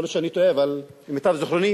יכול להיות שאני טועה, אבל למיטב זיכרוני,